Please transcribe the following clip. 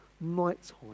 nighttime